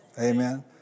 Amen